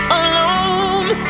alone